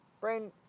Brain